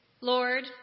Lord